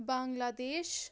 Bangladesh